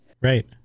Right